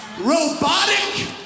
Robotic